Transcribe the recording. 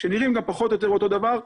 שנראים גם פחות או יותר אותו דבר,